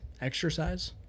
exercise